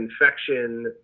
infection